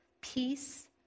peace